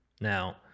Now